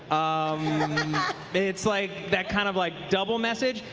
um but it's like that kind of like double message.